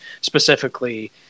specifically